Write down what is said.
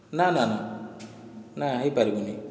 ନା ନା ନା ନା ହେଇପାରିବନି